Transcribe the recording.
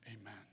Amen